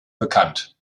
bekannt